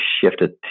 shifted